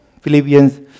Philippians